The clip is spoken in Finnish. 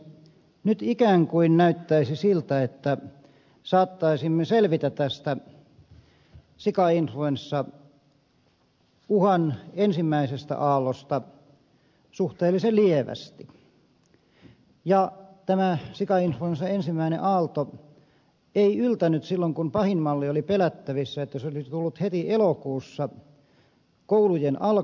nyt ikään kuin näyttäisi siltä että saattaisimme selvitä tästä sikainfluenssauhan ensimmäisestä aallosta suhteellisen lievästi ja tämä sikainf luenssan ensimmäinen aalto ei yltänyt tänne silloin kun pahin malli oli pelättävissä että se olisi tullut heti elokuussa koulujen alkaessa